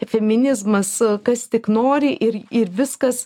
feminizmas kas tik nori ir ir viskas